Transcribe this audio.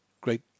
great